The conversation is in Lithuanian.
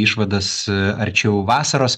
išvadas arčiau vasaros